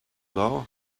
know